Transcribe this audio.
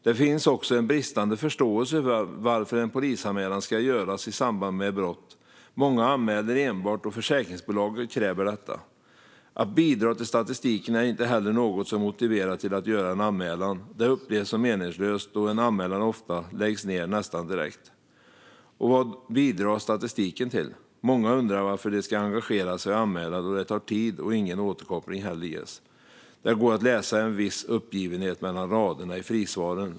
Det finns också en bristande förståelse för varför en polisanmälan ska göras i samband med brott. Många anmäler enbart då försäkringsbolaget kräver detta. Att bidra till statistiken är inte heller något som motiverar till att göra en anmälan. Det upplevs som meningslöst, då en anmälan ofta läggs ned nästan direkt. Och vad bidrar statistiken till? Många undrar varför de ska engagera sig och anmäla då det tar tid och ingen återkoppling heller ges. Det går att läsa en viss uppgivenhet mellan raderna i frisvaren.